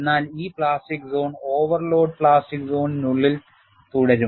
എന്നാൽ ഈ plastic zone overload plastic സോണിനുള്ളിൽ തുടരും